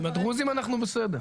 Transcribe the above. עם הדרוזים אנחנו בסדר.